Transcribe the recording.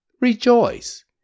Rejoice